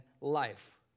life